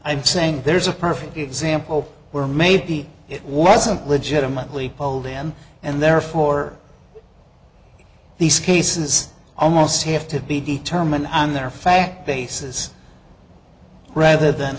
i'm saying there's a perfect example where maybe it wasn't legitimately polled them and therefore these cases almost have to be determined on their fact basis rather than